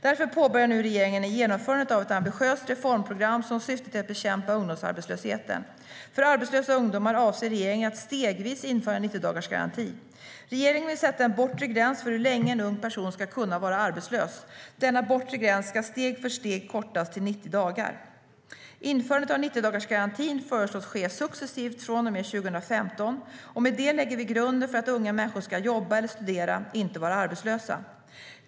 Därför påbörjar nu regeringen genomförandet av ett ambitiöst reformprogram som syftar till att bekämpa ungdomsarbetslösheten. För arbetslösa ungdomar avser regeringen att stegvis införa en 90-dagarsgaranti. Regeringen vill sätta en bortre gräns för hur länge en ung person ska kunna vara arbetslös. Denna bortre gräns ska steg för steg kortas till 90 dagar. Införandet av 90-dagarsgarantin föreslås ske successivt från och med 2015, och med det lägger vi grunden för att unga människor ska jobba eller studera - inte vara arbetslösa.